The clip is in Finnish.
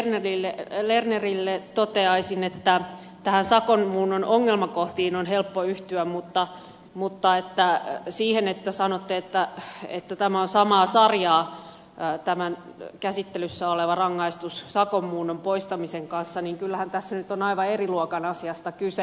ruohonen lernerille toteaisin että näihin sakon muunnon ongelmakohtiin on helppo yhtyä mutta kun sanoitte että tämä käsittelyssä oleva rangaistus on samaa sarjaa sakon muunnon poistamisen kanssa niin kyllähän tässä nyt on aivan eri luokan asiasta kyse